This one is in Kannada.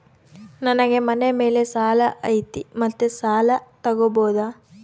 ನನಗೆ ಮನೆ ಮೇಲೆ ಸಾಲ ಐತಿ ಮತ್ತೆ ಸಾಲ ತಗಬೋದ?